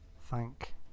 Thank